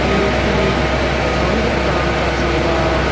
ਕੀਮਤੀ ਸਮਝ ਪ੍ਰਦਾਨ ਕਰ ਸਕਦਾ